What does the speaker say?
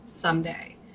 someday